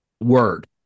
word